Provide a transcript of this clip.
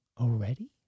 already